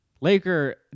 Laker